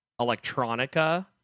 electronica